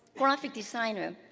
graphic designer,